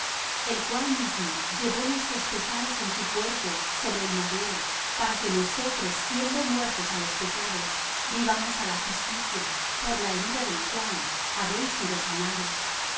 el cual mismo llevó nuestros pecados en su cuerpo sobre el madero para que nosotros siendo muertos á los pecados vivamos á la justicia por la herida del cual habéis sido sanados